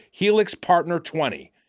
HELIXPARTNER20